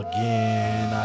Again